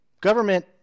government